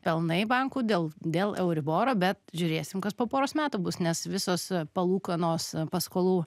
pelnai bankų dėl dėl euriboro bet žiūrėsim kas po poros metų bus nes visos palūkanos paskolų